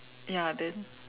ya then